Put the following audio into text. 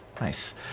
Nice